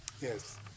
Yes